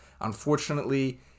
Unfortunately